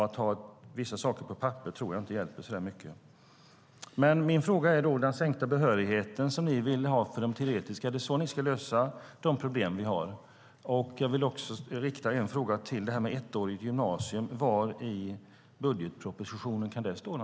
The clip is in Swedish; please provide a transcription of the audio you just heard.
Att ha vissa saker på papper tror jag inte hjälper så mycket. Min fråga är då om de sänkta behörighetskrav som ni vill ha för de teoretiska utbildningarna: Är det så ni ska lösa de problem vi har? Jag vill också rikta en fråga om detta med ettårigt gymnasium: Var i budgetpropositionen kan det stå?